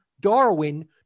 Darwin